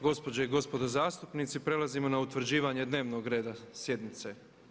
Gospođe i gospodo zastupnici prelazimo na utvrđivanje dnevnog rada sjednice.